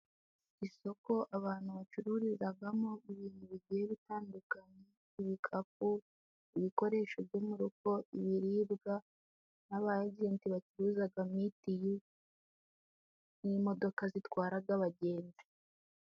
Isoko abantu bacururirazamo ibintu bigiye gutandukanya ibikapu, ibikoresho byo mu rugo, ibiribwa n'aba ejenti bacuruza mitiyu n'imodoka zitwara bagenzi.